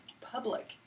public